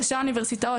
ראשי האוניברסיטאות,